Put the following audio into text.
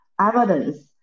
evidence